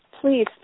please